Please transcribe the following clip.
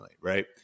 right